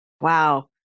Wow